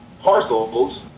parcels